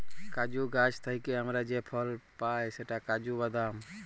কাজু গাহাচ থ্যাইকে আমরা যে ফল পায় সেট কাজু বাদাম